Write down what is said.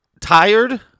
tired